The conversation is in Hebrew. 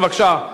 בבקשה,